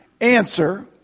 answer